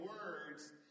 words